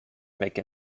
make